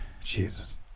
Jesus